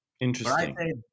Interesting